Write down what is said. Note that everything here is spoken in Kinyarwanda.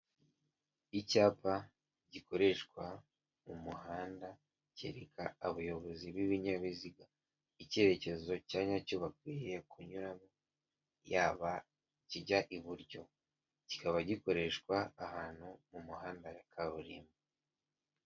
Icyapa gikoreshwa mu muhanda, kereka abayobozi b'ibinyabiziga icyerekezo cya nyacyo bakwiye kunyuramo, yaba ikijya iburyo, kikaba gikoreshwa ahantu mu muhanda wa kaburimbo.